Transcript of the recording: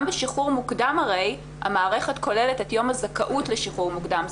גם בשחרור מוקדם הרי מערכת מנ"ע כוללת את יום הזכאות לשחרור מוקדם.